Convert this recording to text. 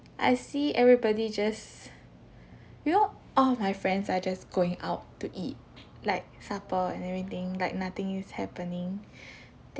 I see everybody just you know all my friends are just going out to eat like supper and everything like nothing is happening